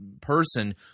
person